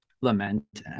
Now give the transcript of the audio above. lament